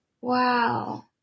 Wow